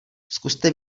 zkuste